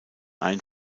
ein